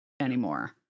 anymore